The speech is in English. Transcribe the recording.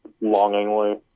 Longingly